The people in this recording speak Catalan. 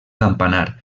campanar